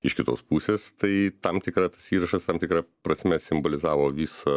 iš kitos pusės tai tam tikra tas įrašas tam tikra prasme simbolizavo visą